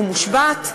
הוא מושבת,